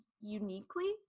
uniquely